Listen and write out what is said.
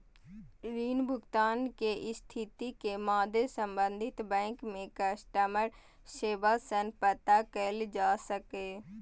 ऋण भुगतान के स्थिति के मादे संबंधित बैंक के कस्टमर सेवा सं पता कैल जा सकैए